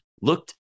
looked